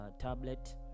tablet